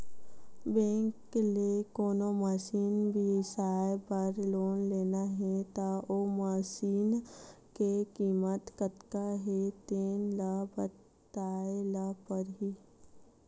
bank ले कोनो machine बिसाए बर लोन लेना हे त ओ मसीनी के कीमत कतका हे तेन ल बताए ल परही